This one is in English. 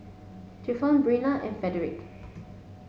Clifton Brenna and Fredrick